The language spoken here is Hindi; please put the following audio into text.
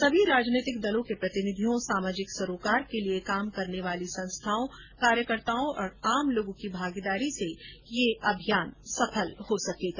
सभी राजनैतिक दलों के जनप्रतिनिधियों सामाजिक सरोकारों के लिए काम करने वाली संस्थाओं कार्यकर्ताओं तथा आम लोगों की भागीदारी होने से ही यह अभियान सफल हो सकेगा